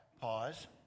pause